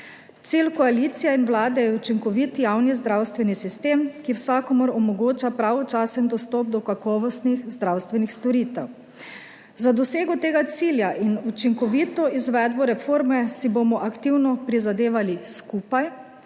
Cilj koalicije in Vlade je učinkovit javni zdravstveni sistem, ki vsakomur omogoča pravočasen dostop do kakovostnih zdravstvenih storitev. Za dosego tega cilja in učinkovito izvedbo reforme si bomo aktivno prizadevali skupaj